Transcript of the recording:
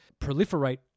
proliferate